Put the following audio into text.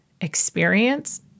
experience